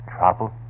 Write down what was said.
Trouble